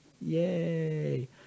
Yay